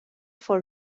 for